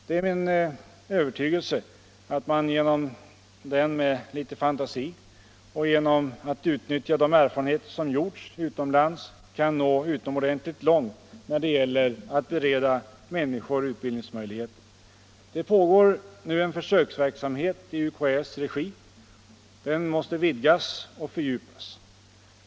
Det är min övertygelse att man genom den med litet fantasi och genom att utnyttja de erfarenheter som gjorts utomlands kan nå utomordentligt långt när det gäller att bereda människor utbildningsmöjligheter. Det pågår nu en försöksverksamhet i UKÄ:s regi. Den måste vidgas och fördjupas.